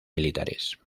militares